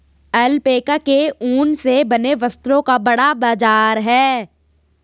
alpaca के ऊन से बने वस्त्रों का बड़ा बाजार है